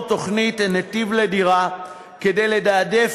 העברנו תוכנית "נתיב לדירה" כדי לתעדף